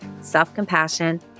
self-compassion